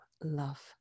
love